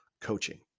coaching